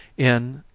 in,